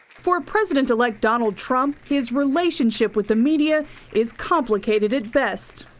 for president-elect donald trump, his relationship with the media is complicated at best.